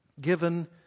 given